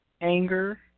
anger